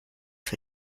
für